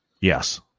Yes